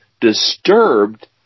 disturbed